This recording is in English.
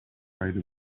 write